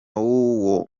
w’uwo